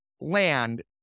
land